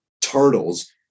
turtles